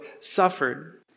suffered